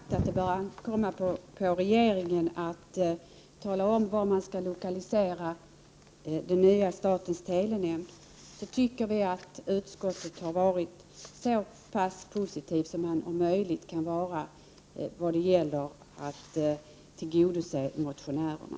Herr talman! Eftersom vi tidigare har sagt att det bör ankomma på regeringen att tala om vart man skall lokalisera den nya myndigheten, statens telenämnd, tycker vi att utskottet har varit så positivt som det är möjligt när det gäller att tillgodose motionärerna.